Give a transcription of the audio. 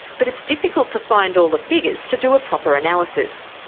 but it's difficult to find all the figures to do a proper analysis.